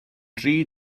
dri